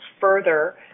further